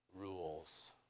rules